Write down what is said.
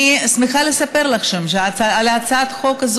אני שמחה לספר לכם שעל הצעת החוק הזאת